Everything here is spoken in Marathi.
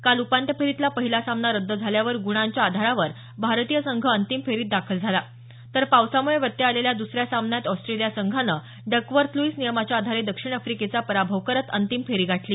काल उपांत्य फेरीतला पहिला सामना रद्द झाल्यावर गुणांच्या आधारावर भारतीय संघ अंतिम फेरीत दाखल झाला तर पावसामुळे व्यत्यय आलेल्या दुसऱ्या सामन्यात ऑस्ट्रेलिया संघानं डकवर्थ लुईस नियमाच्या आधारे दक्षिण आफ्रिकेचा पराभव करत अंतिम फेरी गाठली